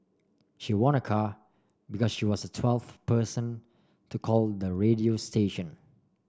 she won a car because she was the twelfth person to call the radio station